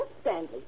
Stanley